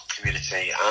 community